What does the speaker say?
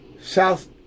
South